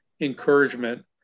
encouragement